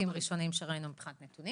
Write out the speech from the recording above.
קשה לי להבין איפה זה תקוע,